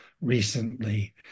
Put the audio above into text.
recently